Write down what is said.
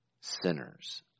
sinners